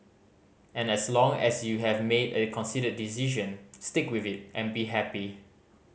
and as long as you have made a considered decision stick with it and be happy